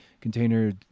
container